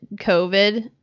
COVID